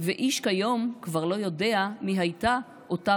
ואיש כיום כבר לא יודע / מי הייתה אותה